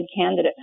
candidate